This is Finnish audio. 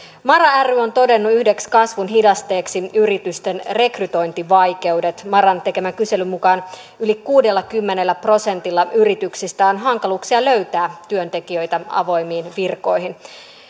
mara ry on todennut yhdeksi kasvun hidasteeksi yritysten rekrytointivaikeudet maran tekemän kyselyn mukaan yli kuudellakymmenellä prosentilla yrityksistä on hankaluuksia löytää työntekijöitä avoimiin virkoihin